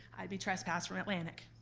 i'd be trespassed from atlantic.